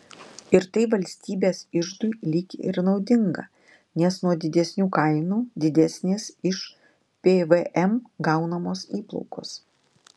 ir tai valstybės iždui lyg ir naudinga nes nuo didesnių kainų didesnės iš pvm gaunamos įplaukos